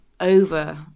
over-